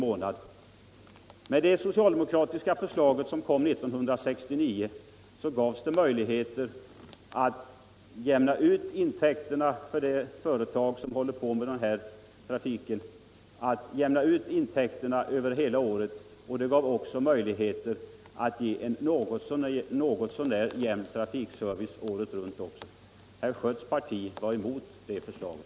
Med det socialdemokratiska förslag som kom 1969 gavs det möjligheter för det företag som bedriver den här trafiken att jämna ut intäkter och kostnader över hela året. Därmed skapades det också möjligheter att ge en något så när jämn trafikservice året runt. Herr Schötts parti var emot det förslaget.